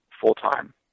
full-time